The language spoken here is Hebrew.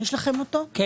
יש לי אותו.